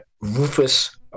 Rufus